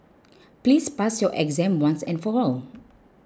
please pass your exam once and for all